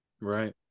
right